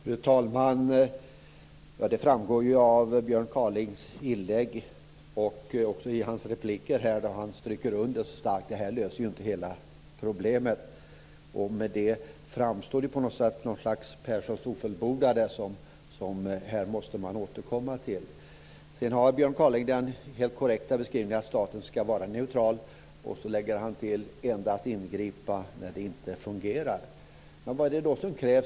Fru talman! Det framgår av Björn Kaalings anförande och också av hans repliker att detta, som han så starkt stryker under, inte löser hela problemet. Därmed framstår här på något sätt ett slags Perssons ofullbordade - som något som man måste återkomma till. Björn Kaaling gör den helt korrekta beskrivningen, nämligen att staten ska vara neutral, men sedan lägger han till: och endast ingripa när det inte fungerar. Vad är det då som krävs?